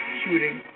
shooting